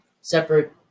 separate